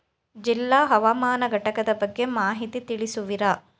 ಜಿಲ್ಲಾ ಹವಾಮಾನ ಘಟಕದ ಬಗ್ಗೆ ಮಾಹಿತಿ ತಿಳಿಸುವಿರಾ?